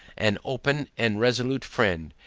an open and resolute friend,